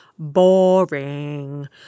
Boring